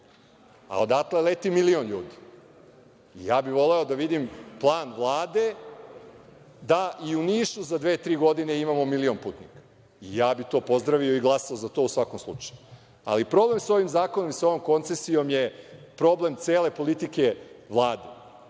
a odatle leti milion ljudi. Ja bi voleo da vidim plan Vlade da i u Nišu za dve, tri godine imamo milion putnika. Ja bi to pozdravio i glasao za to u svakom slučaju, ali problem sa ovim zakonom i ovom koncesijom je problem cele politike Vlade. Znači